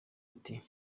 ati